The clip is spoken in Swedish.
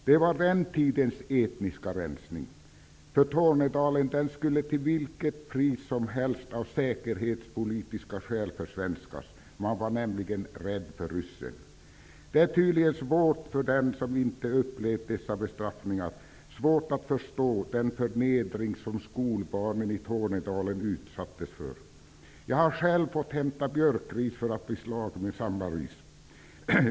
Det var den tidens etniska rensning -- Tornedalen skulle av säkerhetspolitiska skäl försvenskas till vilket pris som helst. Man var nämligen rädd för ryssen. Det är tydligen svårt för dem som inte upplevt dessa bestraffningar att förstå den förnedring som skolbarnen i Tornedalen utsattes för. Jag har själv fått hämta björkris för att bli slagen med samma ris.